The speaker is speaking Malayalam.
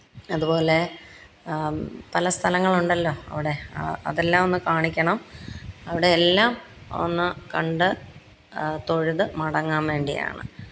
അതുപോലെ പല സ്ഥലങ്ങളുണ്ടല്ലോ അവിടെ അതെല്ലാമൊന്ന് കാണിക്കണം അവിടെ എല്ലാം ഒന്ന് കണ്ട് തൊഴുത് മടങ്ങാന് വേണ്ടിയാണ്